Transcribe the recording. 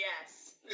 Yes